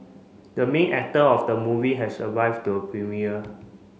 the main actor of the movie has arrived to premiere